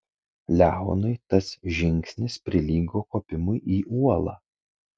leonui tas žingsnis prilygo kopimui į uolą